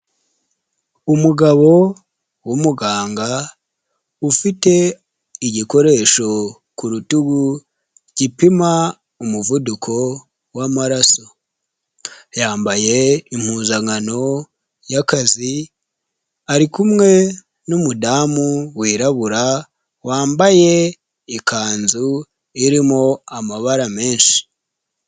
Umugabo w'umuganga ufite igikoresho ku rutugu gipima umuvuduko w'amaraso yambaye impuzankano yakazi arikumwe n'umudamu wirabura wambaye ikanzu irimo amabara menshi.